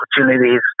opportunities